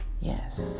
Yes